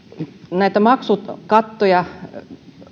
näitä maksukattoja